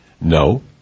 No